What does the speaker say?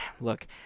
Look